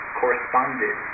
corresponded